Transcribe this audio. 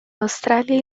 australia